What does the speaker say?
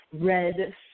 red